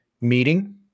meeting